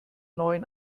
neuen